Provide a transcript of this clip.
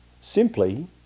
Simply